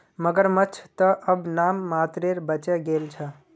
मगरमच्छ त अब नाम मात्रेर बचे गेल छ